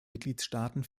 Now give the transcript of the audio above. mitgliedstaaten